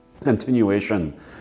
continuation